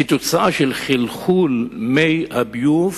בשל חלחול מי ביוב